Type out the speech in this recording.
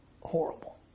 Horrible